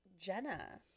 jenna